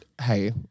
hey